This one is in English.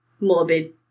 morbid